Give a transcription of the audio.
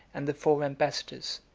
and the four ambassadors,